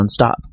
nonstop